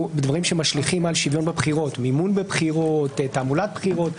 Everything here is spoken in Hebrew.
דברים שמשליכים על שוויון בבחירות מימון בבחירות או תעמולת בחירות.